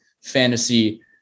fantasy